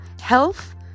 health